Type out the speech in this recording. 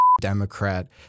Democrat